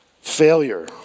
failure